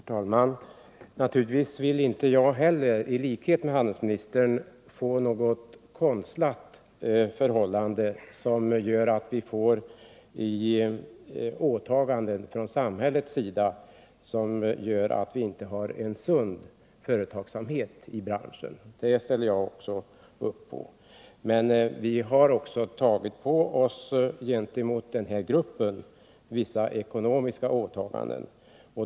Herr talman! Naturligtvis vill inte heller jag få något konstlat förhållande med åtaganden från samhällets sida som innebär att man inte har en sund företagsamhet i branschen. På den punkten är jag överens med handelsministern. Men gentemot den här gruppen har samhället tagit på sig vissa ekonomiska åtaganden.